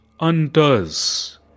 undoes